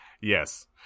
yes